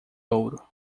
ouro